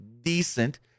decent